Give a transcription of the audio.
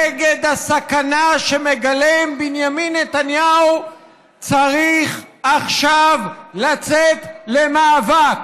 נגד הסכנה שמגלם בנימין נתניהו צריך עכשיו לצאת למאבק.